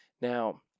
Now